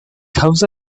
comes